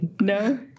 No